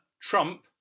Trump